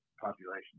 population